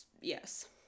Yes